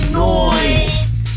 noise